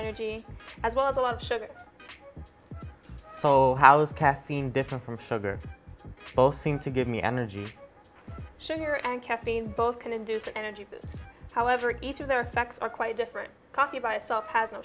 energy as well as a lot of sugar so how's caffeine different from sugar both seem to give me energy sugar and caffeine both can induce energy however each of their effects are quite different coffee by itself has no